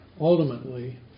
ultimately